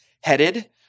headed